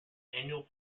annual